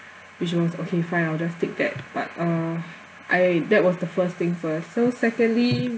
which was okay fine I will just take that but uh I that was the first thing first so secondly